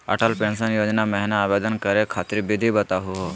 Atal pension Yojana महिना आवेदन करै खातिर विधि बताहु हो?